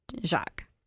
Jacques